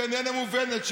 שאיננה מובנת,